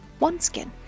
OneSkin